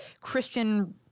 Christian